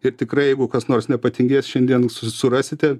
ir tikrai jeigu kas nors nepatingės šiandien su surasite